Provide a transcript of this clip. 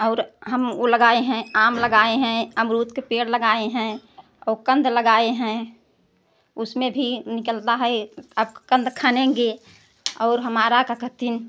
और हम वो लगाए हैं आम लगाए हैं अमरुद के पेड़ लगाए हैं और कंद लगाए हैं उसमें भी निकलता है आ कंद खनेंगे और हमारा का कहते हैं